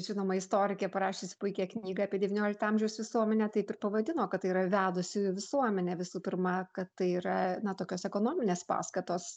žinoma istorikė parašiusi puikią knygą apie devyniolikto amžiaus visuomenę taip ir pavadino kad tai yra vedusi visuomenė visų pirma kad tai yra na tokios ekonominės paskatos